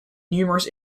numerous